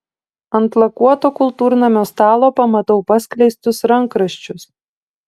ant lakuoto kultūrnamio stalo pamatau paskleistus rankraščius